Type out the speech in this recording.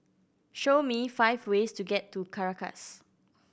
show me five ways to get to Caracas